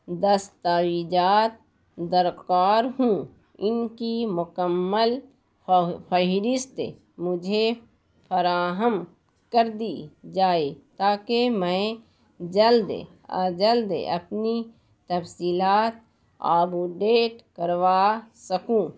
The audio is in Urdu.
دستاویزات درکار ہوں ان کی مکمل فا فہرست مجھے فراہم کر دی جائے تاکہ میں جلد از جلد اپنی تفصیلات آبوڈیٹ کروا سکوں